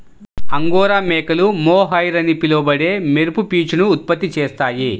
angora మేకలు mohair అని పిలువబడే మెరుపు పీచును ఉత్పత్తి చేస్తాయి